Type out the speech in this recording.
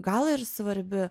gal ir svarbi